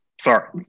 Sorry